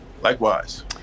Likewise